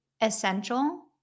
essential